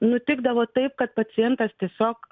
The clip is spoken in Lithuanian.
nutikdavo taip kad pacientas tiesiog